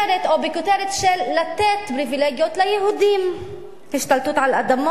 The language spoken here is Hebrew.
או בכותרת של "לתת ליהודים" השתלטות על אדמות,